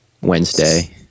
Wednesday